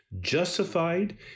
justified